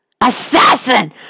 assassin